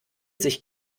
sich